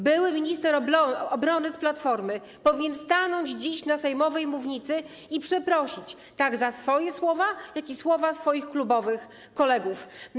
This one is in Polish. Były minister obrony z Platformy powinien stanąć dziś na sejmowej mównicy i przeprosić zarówno za swoje słowa, jak i słowa swoich klubowych kolegów.